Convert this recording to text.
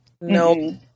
no